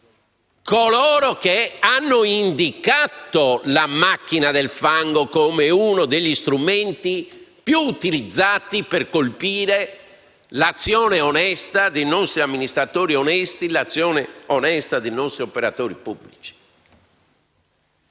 coloro che hanno indicato la macchina del fango come uno degli strumenti più utilizzati per colpire l'azione onesta dei nostri amministratori onesti e operatori pubblici.